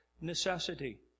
necessity